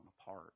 apart